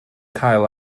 cael